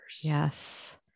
Yes